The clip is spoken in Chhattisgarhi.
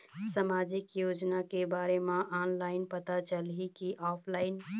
सामाजिक योजना के बारे मा ऑनलाइन पता चलही की ऑफलाइन?